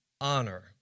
honor